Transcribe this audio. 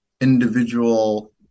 individual